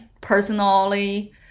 personally